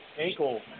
ankle